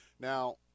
Now